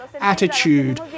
attitude